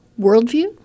worldview